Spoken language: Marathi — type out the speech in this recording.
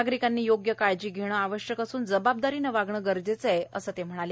नागरिकांनी योग्य काळजी घेणं आवश्यक असून जबाबदारीने वागणं गरजेचं असल्याचं ते म्हणाले